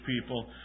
people